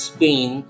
Spain